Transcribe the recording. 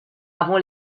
avant